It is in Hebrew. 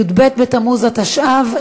י"ב בתמוז התשע"ו,